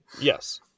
yes